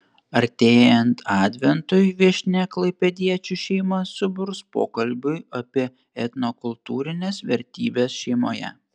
artėjant adventui viešnia klaipėdiečių šeimas suburs pokalbiui apie etnokultūrines vertybes šeimoje